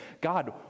God